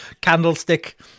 candlestick